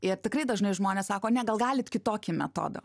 ir tikrai dažnai žmonės sako ne gal galit kitokį metodą